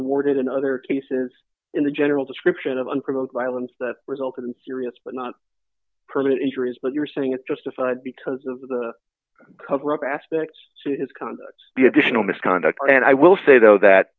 awarded in other cases in the general description of and promote violence that resulted in serious but not permanent injuries but you're saying it's justified because of the cover up aspects so it is kind of the additional misconduct and i will say though that